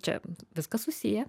čia viskas susiję